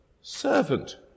servant